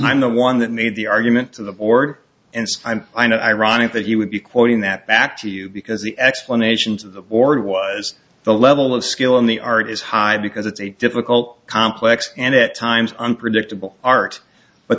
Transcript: i'm the one that made the argument to the board and i know ironic that you would be quoting that back to you because the explanations of the order was the level of skill in the art is high because it's a difficult complex and at times unpredictable art but